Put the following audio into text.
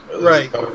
Right